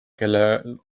kellel